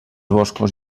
boscos